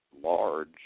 large